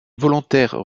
volontaires